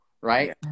right